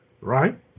Right